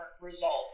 results